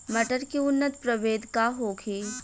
मटर के उन्नत प्रभेद का होखे?